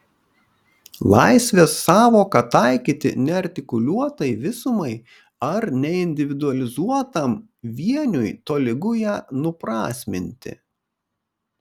laisvės sąvoką taikyti neartikuliuotai visumai ar neindividualizuotam vieniui tolygu ją nuprasminti